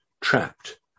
trapped